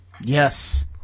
Yes